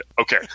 Okay